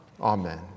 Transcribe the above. Amen